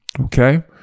Okay